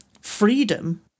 freedom